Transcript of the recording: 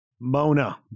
Mona